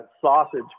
sausage